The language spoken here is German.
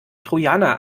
trojaner